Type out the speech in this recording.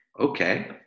okay